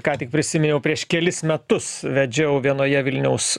ką tik prisiminiau prieš kelis metus vedžiau vienoje vilniaus